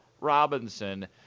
Robinson